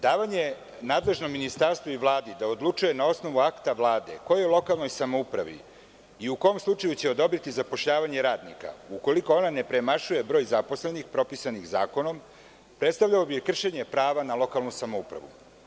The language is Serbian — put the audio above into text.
Davanje nadležnom ministarstvu i Vladi da odlučuje na osnovu akta Vlade kojoj lokalnoj samoupravi i u kom slučaju će odobriti zapošljavanje radnika, ukoliko ne premašuje broj zaposlenih, propisanih zakona, predstavljalo bi kršenje prava na lokalnu samoupravu.